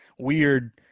weird